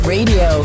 Radio